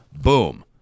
Boom